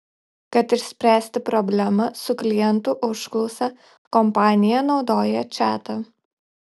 kad išspręsti problemą su klientų užklausa kompanija naudoja čatą